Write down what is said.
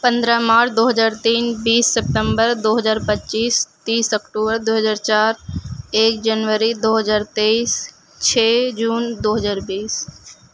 پندرہ مارچ دو ہزار تین بیس سپتمبر دو ہزار پچیس تیس اکتوبر دو ہزار چار ایک جنوری دو ہزار تیئیس چھ جون دو ہزار بیس